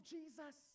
Jesus